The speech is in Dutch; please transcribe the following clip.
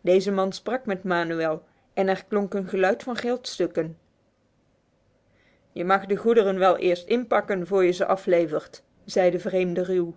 deze man sprak met manuel en er klonk een geluid van geldstukken je mag de goederen wel eerst inpakken voor je ze aflevert zei de vreemde ruw